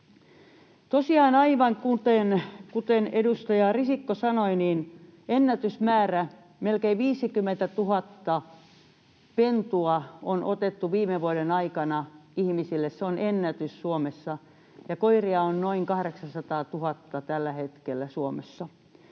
Aivan kuten edustaja Risikko sanoi, tosiaan ennätysmäärä, melkein 50 000 pentua on otettu viime vuoden aikana ihmisille. Se on ennätys Suomessa, ja koiria on noin 800 000 tällä hetkellä Suomessa.